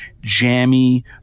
jammy